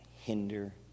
hinder